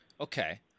Okay